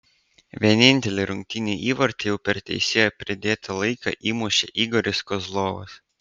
vienintelį rungtynių įvartį jau per teisėjo pridėtą laiką įmušė igoris kozlovas